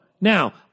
Now